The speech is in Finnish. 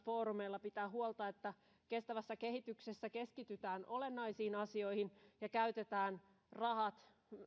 foorumeilla pitää huolta että kestävässä kehityksessä keskitytään olennaisiin asioihin ja käytetään rahat